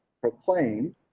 proclaimed